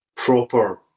proper